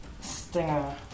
Stinger